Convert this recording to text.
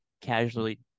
casually